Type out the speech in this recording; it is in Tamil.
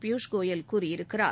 பியூஸ் கோயல் கூறியிருக்கிறார்